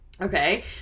Okay